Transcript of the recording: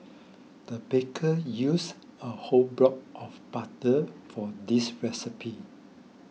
the baker used a whole block of butter for this recipe